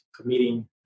committing